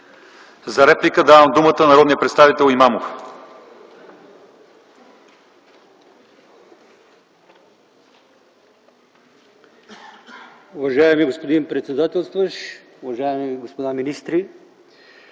За реплика давам думата на народния представител Имамов.